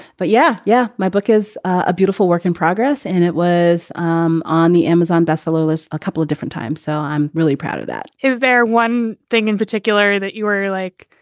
but yeah, yeah, my book is a beautiful work in progress and it was um on the amazon bestseller list a couple of different times. so i'm really proud of that is there one thing in particular that you were like,